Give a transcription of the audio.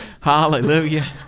Hallelujah